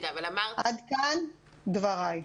עד כאן דבריי.